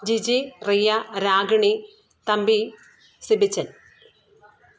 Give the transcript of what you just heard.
Jiji Riya Ragini Thampi Sibichan